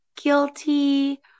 guilty